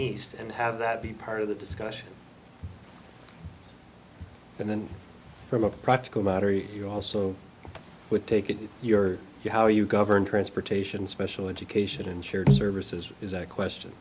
east and have that be part of the discussion but then from a practical matter you also would take it with your you how are you governed transportation special education and shared services is a question